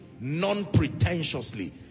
non-pretentiously